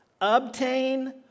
obtain